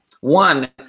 One